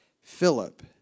Philip